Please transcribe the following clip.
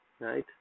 right